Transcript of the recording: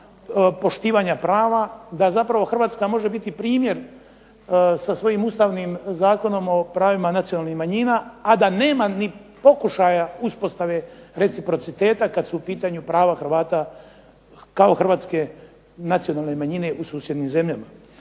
poštivanja prava, da zapravo Hrvatska može biti primjer sa svojim Ustavnim zakonom o pravima nacionalnih manjina, a da nema ni pokušaja uspostave reciprociteta kad su u pitanju prava Hrvata kao Hrvatske nacionalne manjine u susjednim zemljama.